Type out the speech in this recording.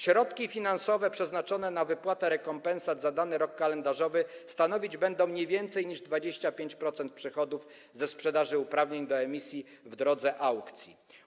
Środki finansowe przeznaczone na wypłatę rekompensat za dany rok kalendarzowy stanowić będą nie więcej niż 25% przychodów ze sprzedaży uprawnień do emisji w drodze aukcji.